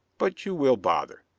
but you will bother,